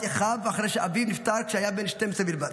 אחיו אחרי שאביו נפטר כשהיה בן 12 בלבד.